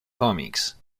comics